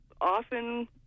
often